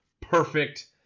perfect